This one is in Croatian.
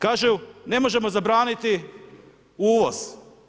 Kažu ne možemo zabraniti uvoz.